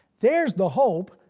there's the hope.